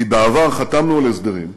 כי בעבר חתמנו על הסדרים,